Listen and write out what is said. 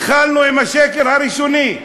התחלנו עם השקר הראשוני,